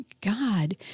God